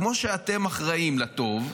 כשאתם אחראים לטוב,